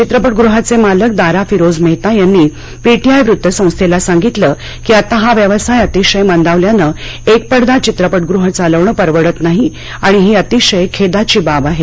चित्रपटगुहाचे मालक दारा फिरोज मेहता यांनी पीटीआय वृत्तसंस्थेला सांगितलं की आता हा व्यवसाय अतिशय मंदावल्यानं एकपडदा चित्रपटगृह चालवणं परवडत नाही आणि ही अतिशय खेदाची बाब आहे